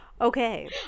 okay